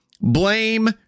blame